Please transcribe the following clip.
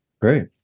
great